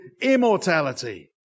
immortality